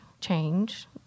change